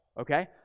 okay